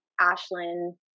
Ashlyn